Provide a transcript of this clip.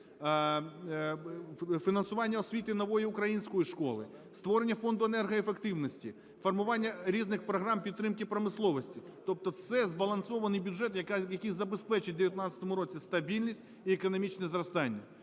фінансування освіти і "Нової української школи", створення Фонду енергоефективності, формування різних програм підтримки промисловості. Тобто це збалансований бюджет, який забезпечить в 19-му році стабільність і економічне зростання.